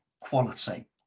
quality